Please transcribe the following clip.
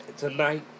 Tonight